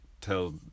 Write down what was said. tell